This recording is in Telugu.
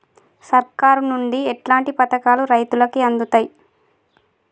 సర్కారు నుండి ఎట్లాంటి పథకాలు రైతులకి అందుతయ్?